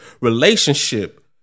relationship